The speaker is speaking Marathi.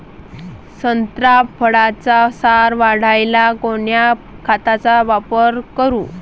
संत्रा फळाचा सार वाढवायले कोन्या खताचा वापर करू?